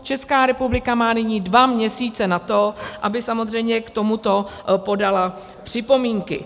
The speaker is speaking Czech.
Česká republika má nyní dva měsíce na to, aby samozřejmě k tomuto podala připomínky.